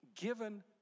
given